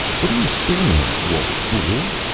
what are you staring at, you old fool,